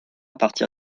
partir